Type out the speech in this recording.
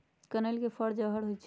कनइल के फर जहर होइ छइ